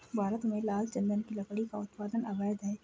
भारत में लाल चंदन की लकड़ी का उत्पादन अवैध है